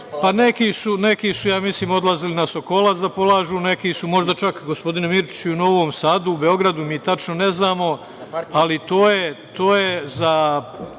Neki su odlazili na Sokolac da polažu, neki su možda čak, gospodine Mirčiću, i u Novom Sadu, u Beogradu, mi tačno ne znamo, ali to je za